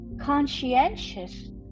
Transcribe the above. conscientious